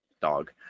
dog